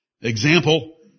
Example